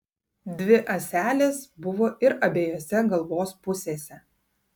dvi ąselės buvo ir abiejose galvos pusėse